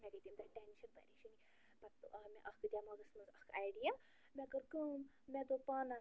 مےٚ گٔے تَمہِ دۄہ ٹٮ۪نشن پریشانی پتہٕ آو مےٚ اکھ دٮ۪ماغس منٛز اکھ اَیڈِیا مےٚ کٔر کٲم مےٚ دوٚپ پانا